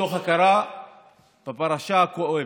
מתוך הכרה בפרשה הכואבת.